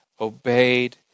obeyed